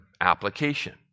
application